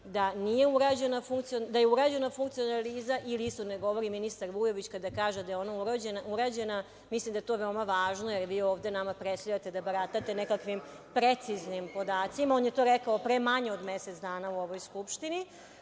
da je urađena funkcionalna analiza, ili istinu ne govori ministar Vujović kada kaže da nije ona urađena? Mislim da je to veoma važno, jer vi ovde nama predstavljate da baratate nekakvim preciznim podacima. On je to rekao pre manje od mesec dana u ovoj Skupštini,